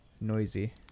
Noisy